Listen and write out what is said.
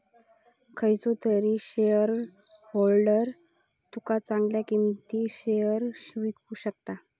खयचो तरी शेयरहोल्डर तुका चांगल्या किंमतीत शेयर विकु शकता